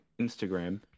Instagram